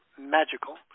magical